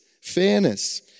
fairness